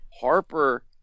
Harper